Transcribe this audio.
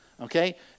Okay